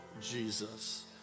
Jesus